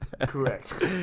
Correct